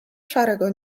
szarego